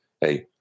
Hey